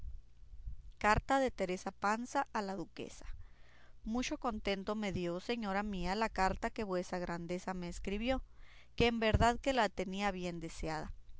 carta de teresa panza a la duquesa mucho contento me dio señora mía la carta que vuesa grandeza me escribió que en verdad que la tenía bien deseada